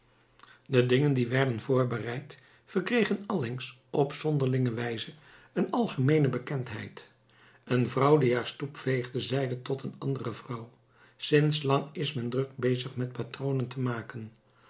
de dingen die werden voorbereid verkregen allengs op zonderlinge wijze een algemeene bekendheid een vrouw die haar stoep veegde zeide tot een andere vrouw sinds lang is men druk bezig met patronen te maken